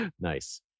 Nice